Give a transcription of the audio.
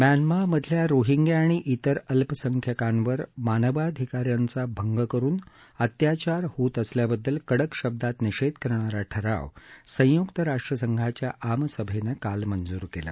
म्यानमामधल्या Rohingya आणि तेर अल्पसंख्यांकांवर मानवाधिकारांचा भंग करून अत्याचार होत असल्याबद्दल कडक शब्दांत निषेध करणारा ठराव संयुक्त राष्ट्रसंघाच्या आमसभेनं काल मंजूर केला